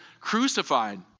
crucified